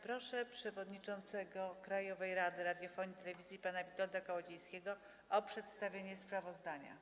Proszę przewodniczącego Krajowej Rady Radiofonii i Telewizji pana Witolda Kołodziejskiego o przedstawienie sprawozdania.